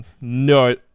no